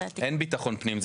אין ביטחון פנים,